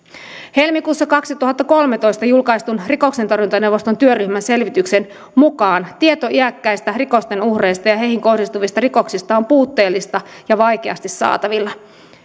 helmikuussa kaksituhattakolmetoista julkaistun rikoksentorjuntaneuvoston työryhmän selvityksen mukaan tieto iäkkäistä rikosten uhreista ja heihin kohdistuvista rikoksista on puutteellista ja vaikeasti saatavilla